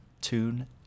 tune